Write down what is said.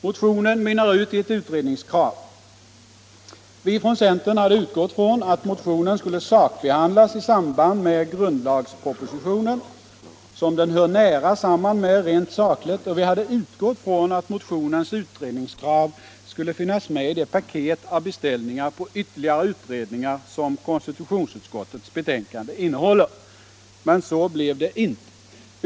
Motionen mynnar ut i ett utredningskrav. Vi från centern hade utgått från att motionen skulle sakbehandlas i samband med grundlagspropositionen, som den hör nära samman med rent sakligt, och vi hade utgått från, att motionens utredningskrav skulle finnas med i det paket av beställningar på ytterligare utredningar, som konstitutionsutskottets betänkande innehåller. Men så blev det inte.